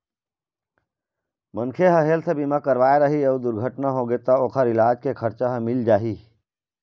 मनखे ह हेल्थ बीमा करवाए रही अउ दुरघटना होगे त ओखर इलाज के खरचा ह मिल जाही